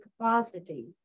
capacity